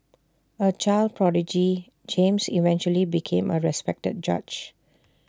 A child prodigy James eventually became A respected judge